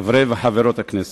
חברי וחברות הכנסת,